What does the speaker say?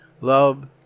Love